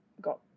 got